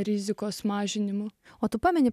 rizikos mažinimu o tu pameni